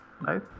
right